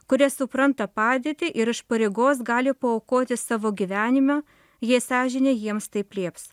kurie supranta padėtį ir iš pareigos gali paaukoti savo gyvenimą jie sąžinė jiems taip lieps